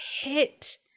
hit